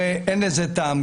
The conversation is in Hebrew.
אין בזה טעם.